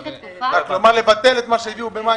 את התקופה --- לבטל את מה שהגיעו במאי,